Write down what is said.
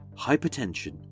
hypertension